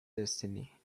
destiny